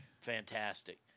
Fantastic